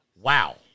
Wow